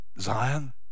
Zion